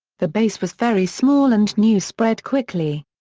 the base was very small and news spread quickly.